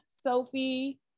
Sophie